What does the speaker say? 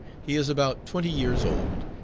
he is about twenty years old,